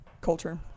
culture